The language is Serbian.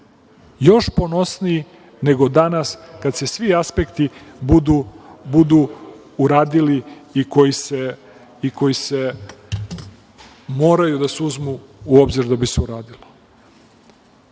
još ponosniji nego danas kad se svi aspekti budu uradili koji moraju da se uzmu u obzir da bi se uradilo. Želim